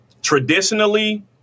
Traditionally